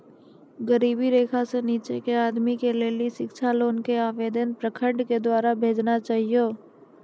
गरीबी रेखा से नीचे के आदमी के लेली शिक्षा लोन के आवेदन प्रखंड के द्वारा भेजना चाहियौ?